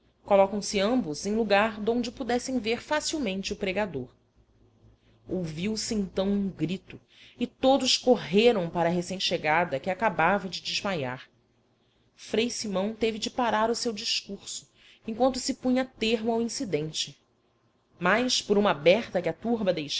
colocam se ambos em lugar donde pudessem ver facilmente o pregador ouviu-se então um grito e todos correram para a recém-chegada que acabava de desmaiar frei simão teve de parar o seu discurso enquanto se punha termo ao incidente mas por uma aberta que a turba